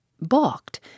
Balked